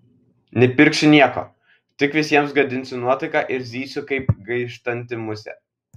nepirksiu nieko tik visiems gadinsiu nuotaiką ir zysiu kaip gaištanti musė